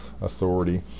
authority